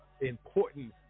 important